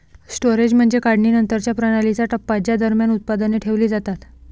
storage म्हणजे काढणीनंतरच्या प्रणालीचा टप्पा ज्या दरम्यान उत्पादने ठेवली जातात